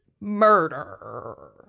murder